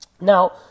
Now